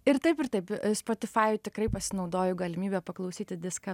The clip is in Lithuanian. ir taip ir taip spotifajuj tikrai pasinaudoju galimybe paklausyti diską